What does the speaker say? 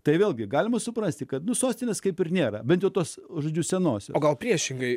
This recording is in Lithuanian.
tai vėlgi galima suprasti kad nuo sostinės kaip ir nėra bet jutos žodžiu senos o gal priešingai